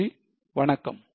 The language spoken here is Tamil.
நன்றி வணக்கம்